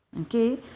okay